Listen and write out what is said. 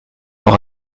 leur